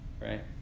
right